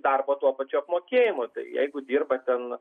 darbo tuo pačiu apmokėjimu tai jeigu dirba ten